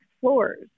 floors